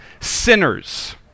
sinners